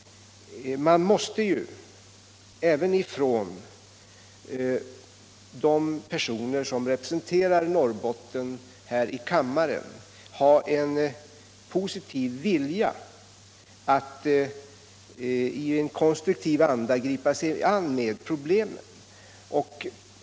Även de personer som representerar Norrbotten här i kammaren måste ju ha en positiv vilja att i en konstruktiv anda gripa sig an med problemen.